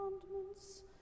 commandments